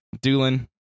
Doolin